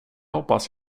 hoppas